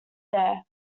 there